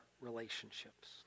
relationships